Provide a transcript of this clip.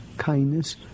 kindness